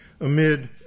amid